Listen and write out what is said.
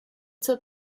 zur